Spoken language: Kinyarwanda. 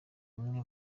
umwe